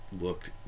looked